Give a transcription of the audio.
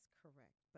correct